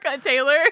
Taylor